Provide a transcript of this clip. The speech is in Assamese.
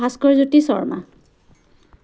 ভাস্কৰজ্যোতি শৰ্মা